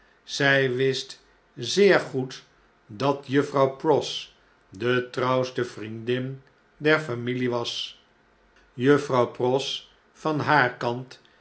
zfl wist zeer goed dat juffrouw pross de trouwste vriendin der familie was juffrouw pross van haar kant